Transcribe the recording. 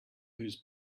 whose